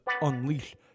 Unleash